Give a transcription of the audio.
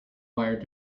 wire